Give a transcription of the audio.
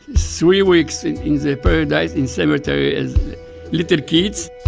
three weeks in the paradise, in cemetery as little kids.